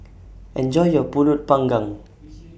Enjoy your Pulut Panggang